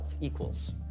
equals